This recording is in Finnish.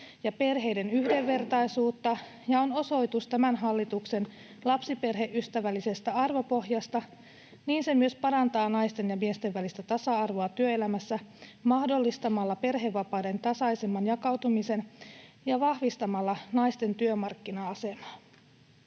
ja perheiden yhdenvertaisuutta ja on osoitus tämän hallituksen lapsiperheystävällisestä arvopohjasta, se myös parantaa naisten ja miesten välistä tasa-arvoa työelämässä mahdollistamalla perhevapaiden tasaisemman jakautumisen ja vahvistamalla naisten työmarkkina-asemaa.